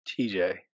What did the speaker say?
TJ